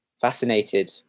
fascinated